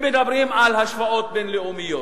אם מדברים על השוואות בין-לאומיות.